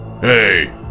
Hey